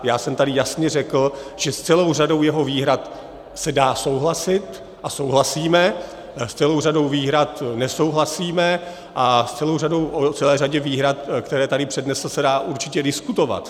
Já jsem tady jasně řekl, že s celou řadou jeho výhrad se dá souhlasit a souhlasíme, s celou řadou výhrad nesouhlasíme a k celé řadě výhrad, které tady přednesl, se dá určitě diskutovat.